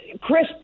chris